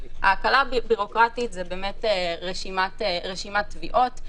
ההקלה הבירוקרטית זה רשימת תביעות.